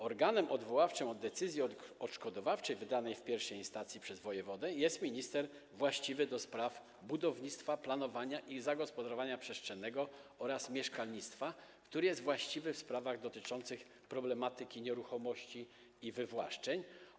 Organem odwoławczym od decyzji odszkodowawczej wydanej w I instancji przez wojewodę jest minister właściwy do spraw budownictwa, planowania i zagospodarowania przestrzennego oraz mieszkalnictwa, który jest właściwy w sprawach dotyczących problematyki nieruchomości i wywłaszczeń.